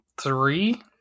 Three